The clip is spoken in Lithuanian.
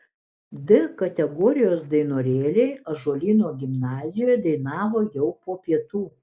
d kategorijos dainorėliai ąžuolyno gimnazijoje dainavo jau po pietų